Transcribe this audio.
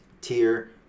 tier